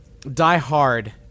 diehard